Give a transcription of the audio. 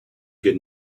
good